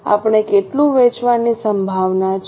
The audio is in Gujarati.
આપણે કેટલું વેચાણની સંભાવના છે